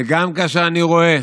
וגם כאשר אני רואה